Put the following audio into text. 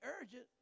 urgent